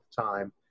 time